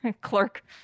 clerk